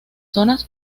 zonas